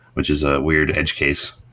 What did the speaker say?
which is a weird hedge case